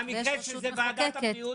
והמקרה שזאת ועדת הבריאות,